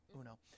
Uno